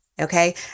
Okay